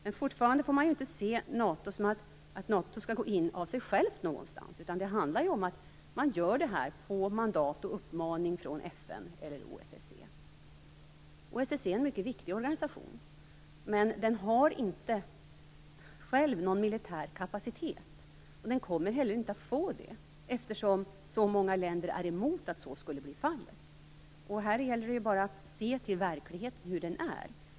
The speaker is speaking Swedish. Men fortfarande får man inte se det som att NATO skall gå in av sig självt någonstans. Det handlar ju om att man gör detta på mandat och uppmaning från FN eller OSSE. OSSE är en mycket viktig organisation. Men den har inte själv någon militär kapacitet och den kommer heller inte att få det eftersom så många länder är emot att så skulle bli fallet. Här gäller det att se till hur verkligheten är.